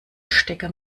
stecker